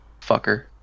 Fucker